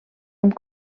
amb